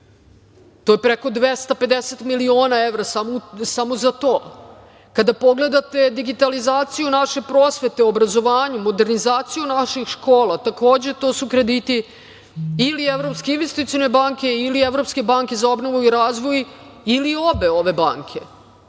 To je preko 250 miliona evra samo za to. Kada pogledate digitalizaciju naše prosvete, obrazovanje, modernizaciju naših škola, takođe to su krediti ili Evropske investicione banke ili Evropske banke za obnovu i razvoj ili obe ove banke.